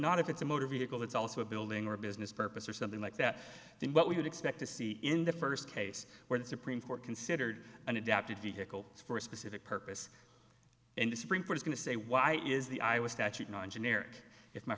not if it's a motor vehicle it's also a building or a business purpose or something like that in what we would expect to see in the first case where the supreme court considered an adapted vehicle for a specific purpose and the supreme court's going to say why is the i was statute non generic if my